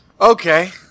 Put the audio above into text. Okay